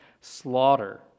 slaughter